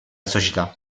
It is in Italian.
società